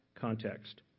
context